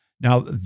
Now